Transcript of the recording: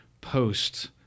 post